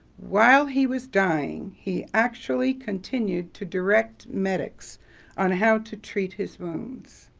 while he was dying, he actually continued to direct medics on how to treat his wounds.